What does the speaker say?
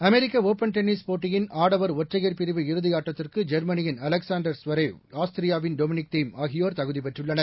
அமெரிக்க open tennis போட்டியின் ஆடவர் ஒற்றையர் பிரிவு இறுதியாட்டத்திற்கு ஜெர்மனியின் அலெக்சாண்டர் ஸ்வெரேவ் ஆஸ்திரியாவின் டொமினிக் திம் ஆகியோர் தகுதி பெற்றுள்ளனர்